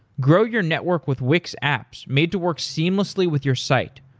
grow your network with wix apps made to work seamlessly with your site.